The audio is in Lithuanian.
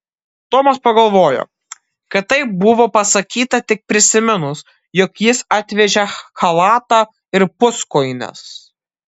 tomas pagalvojo kad taip buvo pasakyta tik prisiminus jog jis atvežė chalatą ir puskojines